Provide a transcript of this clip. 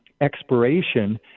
expiration